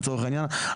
לצורך העניין,